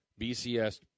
BCS